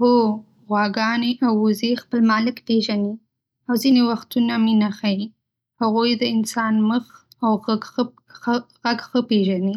هو، غواګانې او وزې خپل مالک پېژني او ځینې وختونه مینه ښيي. هغوی د انسان مخ او غږ ښه پیژني